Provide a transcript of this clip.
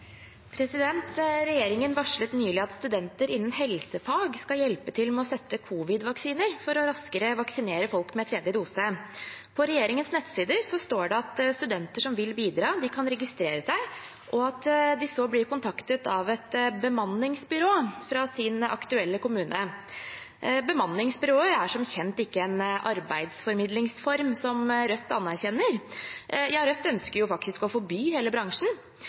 Regjeringen varslet nylig at studenter innen helsefag skal hjelpe til med å sette covid-vaksiner for raskere å vaksinere folk med tredje dose. På regjeringens nettsider står det at studenter som vil bidra, kan registrere seg, og at de så blir kontaktet av et bemanningsbyrå fra sin aktuelle kommune. Bemanningsbyråer er som kjent ikke en arbeidsformidlingsform som Rødt anerkjenner – ja, Rødt ønsker faktisk å forby hele bransjen.